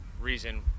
reason